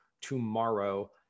tomorrow